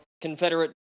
confederate